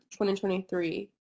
2023